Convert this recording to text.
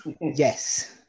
Yes